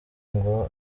ngo